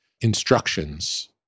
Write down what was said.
instructions